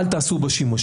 אל תעשו בו שימוש.